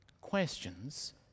Questions